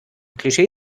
klischee